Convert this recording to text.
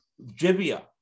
Jibia